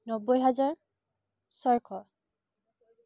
নব্বৈ হাজাৰ ছশ